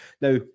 Now